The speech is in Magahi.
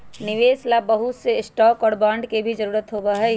निवेश ला बहुत से स्टाक और बांड के भी जरूरत होबा हई